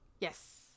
Yes